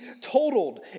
totaled